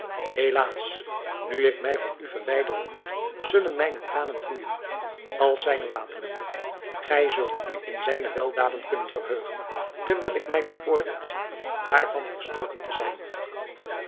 helaas nu ik mij van u verwijderen moet zullen mijne tranen vloeijen als zijne wateren gij zult u in zijne weldaden kunnen verheugen terwijl ik mij veroordeeld zie daarvan verstoken te zijn